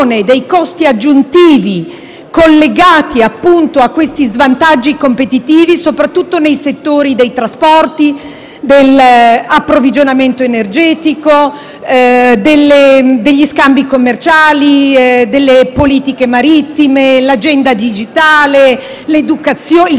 collegati a questi svantaggi competitivi, soprattutto nei settori dei trasporti, dell'approvvigionamento energetico, degli scambi commerciali, delle politiche marittime, dell'agenda digitale, nel settore educativo e in quello sanitario,